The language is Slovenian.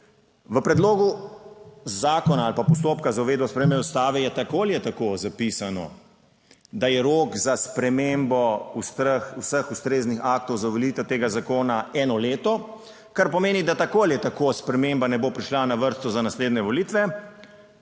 V predlogu zakona ali pa postopka za uvedbo spremembe Ustave je tako ali tako zapisano, da je rok za spremembo vseh ustreznih aktov za volitve tega zakona eno leto, kar pomeni, da tako ali tako sprememba ne bo prišla na vrsto za naslednje volitve,